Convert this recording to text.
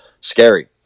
scary